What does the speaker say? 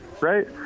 right